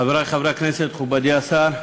תודה, חברי חברי הכנסת, מכובדי השר,